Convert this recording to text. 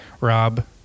Rob